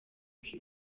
cuba